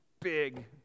big